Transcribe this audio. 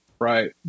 right